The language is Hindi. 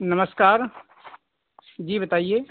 नमस्कार जी बताइए